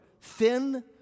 Thin